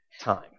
time